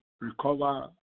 recover